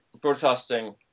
broadcasting